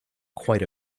quite